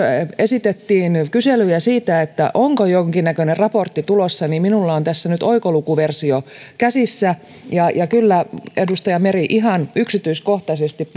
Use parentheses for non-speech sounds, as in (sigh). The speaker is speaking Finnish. esitettiin kyselyjä siitä onko jonkinnäköinen raportti tulossa niin minulla on tässä nyt oikolukuversio käsissä ja ja kyllä edustaja meri ihan yksityiskohtaisesti (unintelligible)